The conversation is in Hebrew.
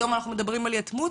היום אנחנו מדברים על יתמות.